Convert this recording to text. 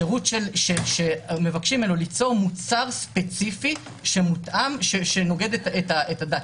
שירות שמבקשים ממנו ליצור מוצר ספציפי שנוגד את הדת.